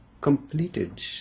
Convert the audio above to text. completed